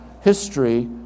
history